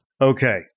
Okay